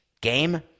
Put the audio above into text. game